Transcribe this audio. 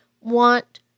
want